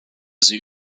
sie